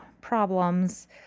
problems